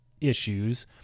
issues